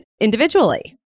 individually